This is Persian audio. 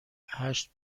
هشت